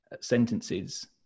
sentences